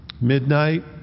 midnight